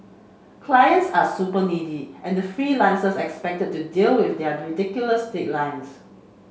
clients are super needy and freelancers are expect to deal with ridiculous deadlines